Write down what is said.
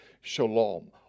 Shalom